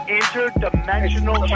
interdimensional